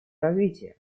развития